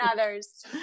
others